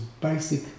basic